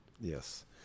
Yes